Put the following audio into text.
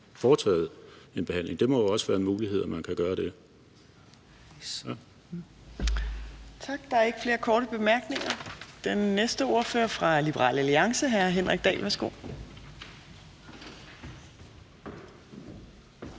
foretaget en behandling. Det må jo også være en mulighed, at man kan gøre det. Kl. 13:49 Fjerde næstformand (Trine Torp): Tak. Der er ikke flere korte bemærkninger. Den næste ordfører er fra Liberal Alliance. Hr. Henrik Dahl, værsgo.